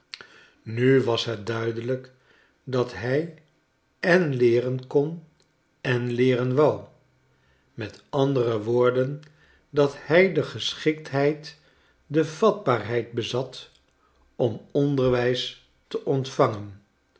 nu was het duidelijk dat hij en leeren kon en leeren wou met andere woorden dat hij de geschiktheid de vatbaarheid bezat om onderwijs te ontvangen